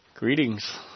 Greetings